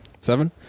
Seven